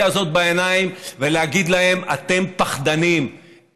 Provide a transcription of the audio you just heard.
הזאת בעיניים ולהגיד להם: אתם פחדנים,